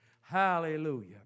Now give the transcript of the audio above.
Hallelujah